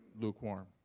lukewarm